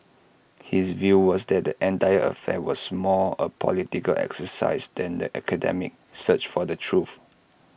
his view was that the entire affair was more A political exercise than an academic search for the truth